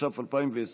התש"ף 2020,